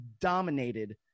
dominated